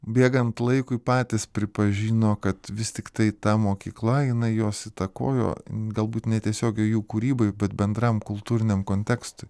bėgant laikui patys pripažino kad vis tiktai ta mokykla jinai juos įtakojo galbūt netiesiogiai jų kūrybai bet bendram kultūriniam kontekstui